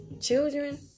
Children